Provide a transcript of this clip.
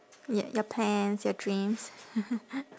ya your plans your dreams